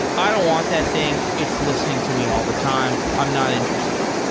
i don't want that thing. it's listening to me all the time. i'm not interested.